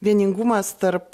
vieningumas tarp